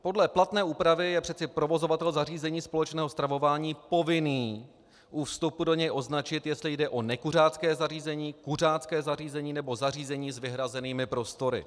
Podle platné úpravy je přeci provozovatel zařízení společného stravování povinen u vstupu do něj označit, jestli jde o nekuřácké zařízení, kuřácké zařízení nebo zařízení s vyhrazenými prostory.